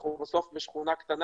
אנחנו בסוף בשכונה קטנה